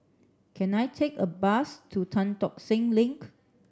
can I take a bus to Tan Tock Seng Link